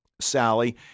Sally